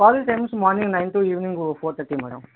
college timings morning nine to evening four thirty madam